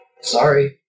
sorry